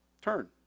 Turn